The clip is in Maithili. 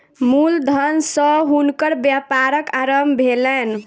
मूल धन सॅ हुनकर व्यापारक आरम्भ भेलैन